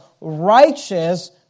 righteous